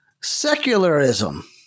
Secularism